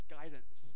guidance